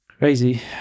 Crazy